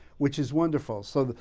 which is wonderful. so,